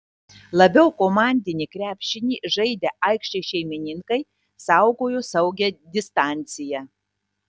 labiau komandinį krepšinį žaidę aikštės šeimininkai saugojo saugią distanciją